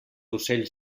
ocells